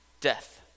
death